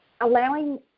allowing